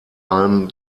allem